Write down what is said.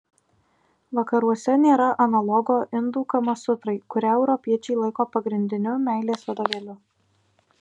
vakaruose nėra analogo indų kamasutrai kurią europiečiai laiko pagrindiniu meilės vadovėliu